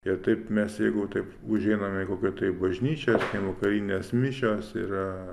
ir taip mes jeigu taip užeinam jeigu kad į bažnyčią ten vakarinės mišios yra